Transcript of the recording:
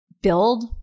build